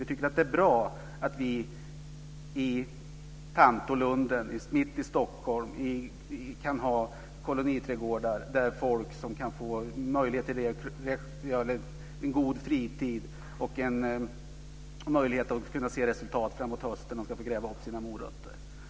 Vi tycker att det är bra att vi i Tantolunden, mitt i Stockholm, kan ha koloniträdgårdar där folk kan få möjlighet till en god fritid och att kunna se resultat framåt hösten när de får gräva upp sina morötter.